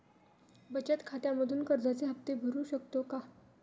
बचत खात्यामधून कर्जाचे हफ्ते भरू शकतो का?